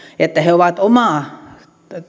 että he ovat omaa